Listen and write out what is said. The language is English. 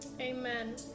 Amen